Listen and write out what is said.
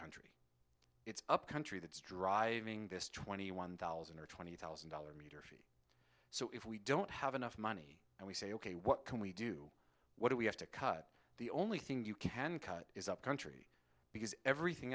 up it's up country that's driving this twenty one thousand or twenty thousand dollars so if we don't have enough money and we say ok what can we do what do we have to cut the only thing you can cut is upcountry because everything